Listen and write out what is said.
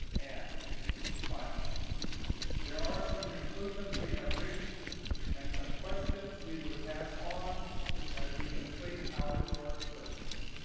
and finally there are some conclusions we have reached and some questions we would pass on as we complete our short service.